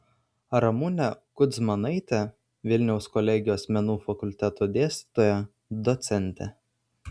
ramunė kudzmanaitė vilniaus kolegijos menų fakulteto dėstytoja docentė